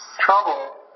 trouble